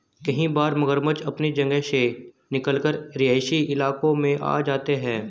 कई बार मगरमच्छ अपनी जगह से निकलकर रिहायशी इलाकों में आ जाते हैं